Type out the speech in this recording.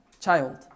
child